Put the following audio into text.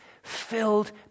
filled